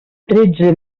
tretze